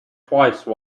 twice